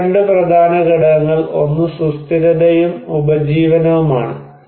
ഇവിടെ രണ്ട് പ്രധാന ഘടകങ്ങൾ ഒന്ന് സുസ്ഥിരതയും ഉപജീവനവുമാണ്